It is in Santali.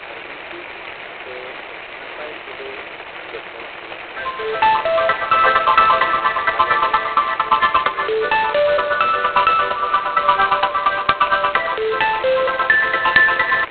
ᱟᱨ ᱩᱱᱠᱩ ᱠᱚ ᱱᱟᱯᱟᱭ ᱛᱮᱞᱮ ᱡᱚᱛᱚᱱ ᱠᱚᱣᱟ